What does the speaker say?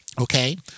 Okay